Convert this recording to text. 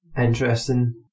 Interesting